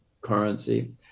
currency